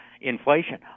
inflation